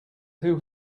who